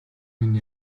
минь